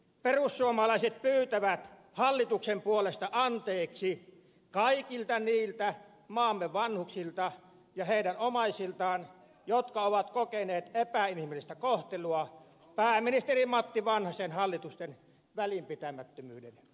perussuomalaiset pyytävät hallituksen puolesta anteeksi kaikilta niiltä maamme vanhuksilta ja heidän omaisiltaan jotka ovat kokeneet epäinhimillistä kohtelua pääministeri matti vanhasen hallitusten välinpitämättömyyden vuoksi